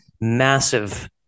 massive